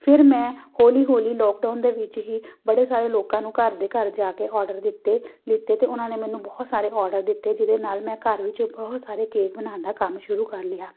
ਫਿਰ ਮੈਂ ਹੌਲੀ ਹੌਲੀ ਲੋਕਡਾਊਨ ਦੇ ਵਿੱਚ ਹੀ ਬੜੇ ਸਾਰੇ ਲੋਕਾਂ ਨੂੰ ਘਰ ਦੇ ਘਰ ਜਾ ਕੇ ਔਰਡਰ ਦਿੱਤੇ ਲਿੱਤੇ ਅਤੇ ਉਹਨਾਂ ਨੇ ਮੈਨੂੰ ਬਹੁਤ ਸਾਰੇ ਔਰਡਰ ਦਿੱਤੇ ਜਿਹਦੇ ਨਾਲ਼ ਮੈਂ ਘਰ ਵਿੱਚ ਬਹੁਤ ਸਾਰੇ ਕੇਕ ਬਣਾਉਣ ਦਾ ਕੰਮ ਸ਼ੁਰੂ ਕਰ ਲਿਆ